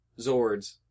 zords